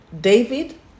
david